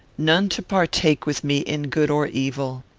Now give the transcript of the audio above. none to partake with me in good or evil.